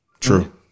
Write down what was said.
True